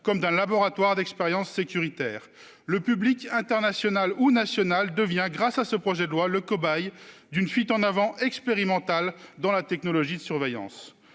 2024 un laboratoire d'expériences sécuritaires. Le public, national ou international, devient, grâce à ce texte, le cobaye d'une fuite en avant expérimentale dans la technologie de surveillance.